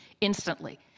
instantly